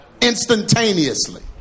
instantaneously